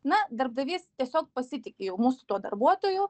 na darbdavys tiesiog pasitiki jau mūsų tuo darbuotoju